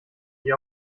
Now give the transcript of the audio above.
die